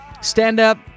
stand-up